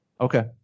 Okay